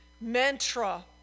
mantra